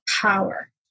power